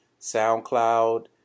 SoundCloud